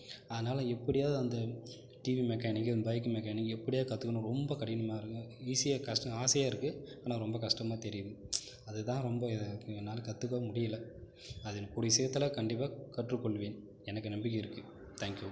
ஆனாலும் எப்படியாவது அந்த டீவி மெக்கானிக்கு பைக்கு மெக்கானிக் எப்படியா கற்றுக்கணும் ரொம்ப கடினமா இருக்குது ஈஸியா ஆசையா இருக்குது ஆனால் ரொம்ப கஷ்டமா தெரியுது அது தான் ரொம்ப என்னால் கற்றுக்கவும் முடியல அதை கூட சீக்கிரத்தில் கண்டிப்பாக கற்று கொள்வேன் எனக்கு நம்பிக்கை இருக்குது தாங்க்யூ